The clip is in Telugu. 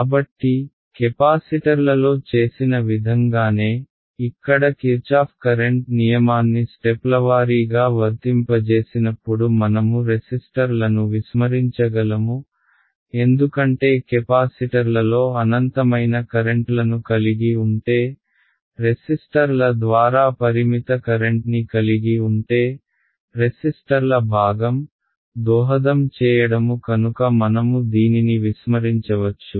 కాబట్టి కెపాసిటర్లలో చేసిన విధంగానే ఇక్కడ కిర్చాఫ్ కరెంట్ నియమాన్ని స్టెప్లవారీగా వర్తింపజేసినప్పుడు మనము రెసిస్టర్లను విస్మరించగలము ఎందుకంటే కెపాసిటర్లలో అనంతమైన కరెంట్లను కలిగి ఉంటే రెసిస్టర్ల ద్వారా పరిమిత కరెంట్ని కలిగి ఉంటే రెసిస్టర్ల భాగం దోహదం చేయడము కనుక మనము దీనిని విస్మరించవచ్చు